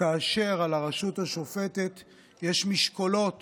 כאשר על הרשות השופטת יש משקולות